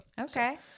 Okay